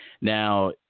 Now